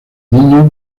niño